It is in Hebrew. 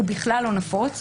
הוא בכלל לא נפוץ.